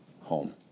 home